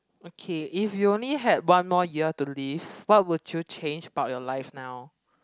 okay if you only had one more year to live what would you change about your life now